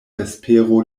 vespero